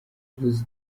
uvuze